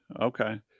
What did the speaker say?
okay